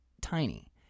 tiny